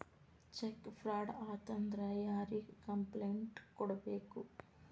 check fraud ಆತಂದ್ರ ಯಾರಿಗ್ complaint ಕೂಡ್ಬೇಕು